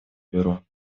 бюро